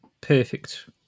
Perfect